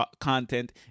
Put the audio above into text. content